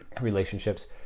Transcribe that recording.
relationships